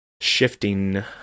shifting